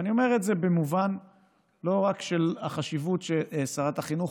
ואני אומר את זה לא רק במובן של החשיבות ששרת החינוך